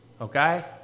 Okay